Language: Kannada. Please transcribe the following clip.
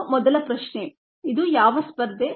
ಅದು ಮೊದಲ ಪ್ರಶ್ನೆ ಇದು ಯಾವ ಸ್ಪರ್ಧೆ